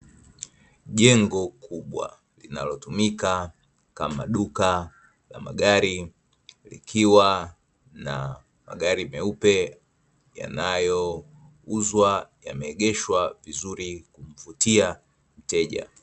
Jengo kubwa linalotumika kama duka la magari likiwa na magari meupe yanayouzwa yameegeshwa vizuri kuvutia mteja.